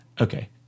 okay